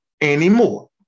anymore